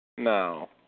No